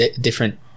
different